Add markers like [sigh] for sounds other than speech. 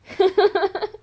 [laughs]